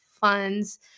funds